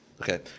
Okay